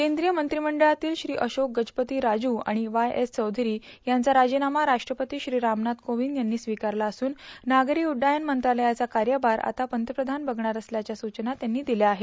केंद्रीय मंत्रिमंडळातील श्री अशोक गजपती राजू आणि वाय एस चौधरी यांचा राजीनामा राष्ट्रपती श्री रामनाथ कोविंद यांनी स्वीकारला असून नागरी उड्डायण मंत्रालयाचा कार्यभार आता पंतप्रधान बघणार असल्याच्या सूचना त्यांनी दिल्या आहेत